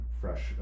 fresh